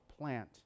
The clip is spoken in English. plant